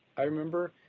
i remember,